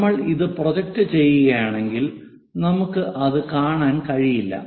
നമ്മൾ ഇത് പ്രൊജക്റ്റ് ചെയ്യുകയാണെങ്കിൽ നമുക്ക് അത് കാണാൻ കഴിയില്ല